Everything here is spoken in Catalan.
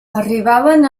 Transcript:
arribaven